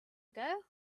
ago